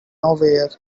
nowhere